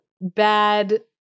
bad